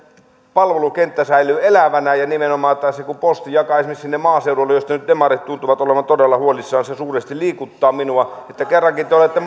palvelukenttämme säilyy elävänä ja nimenomaan että posti jakaisi sinne maaseudulle josta nyt demarit tuntuvat olevan todella huolissaan se suuresti liikuttaa minua että kerrankin te olette